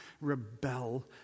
rebel